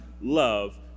love